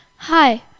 Hi